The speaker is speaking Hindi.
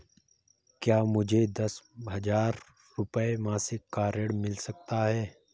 क्या मुझे दस हजार रुपये मासिक का ऋण मिल सकता है?